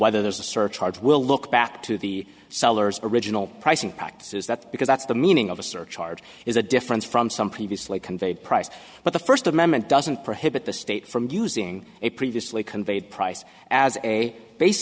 whether there's a surcharge will look back to the seller's original pricing practices that because that's the meaning of a surcharge is a difference from some previously conveyed price but the first amendment doesn't prohibit the state from using a previously conveyed price as a base